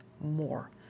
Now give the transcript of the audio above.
more